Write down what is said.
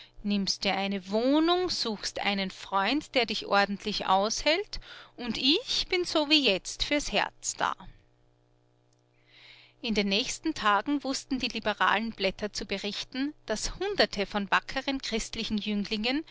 nimmst dir eine wohnung suchst einen freund der dich ordentlich aushält und ich bin so wie jetzt fürs herz da in den nächsten tagen wußten die liberalen blätter zu berichten daß hunderte von wackeren christlichen jünglingen